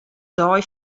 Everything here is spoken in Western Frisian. dei